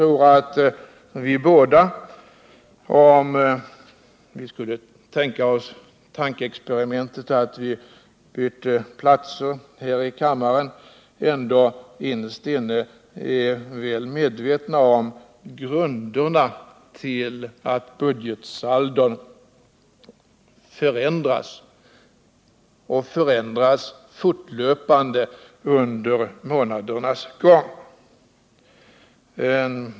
Låt oss göra tankeexperimentet att Kjell-Olof Feldt och jag bytte plats här i riksdagen. Jag tror ändå att vi båda skulle vara väl medvetna om grunderna till att budgetsaldon förändras och förändras fortlöpande under månadernas gång.